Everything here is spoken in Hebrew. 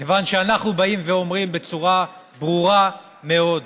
כיוון שאנחנו באים ואומרים בצורה ברורה מאוד: